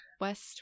West